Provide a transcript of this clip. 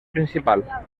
principal